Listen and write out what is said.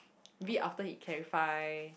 maybe after he clarify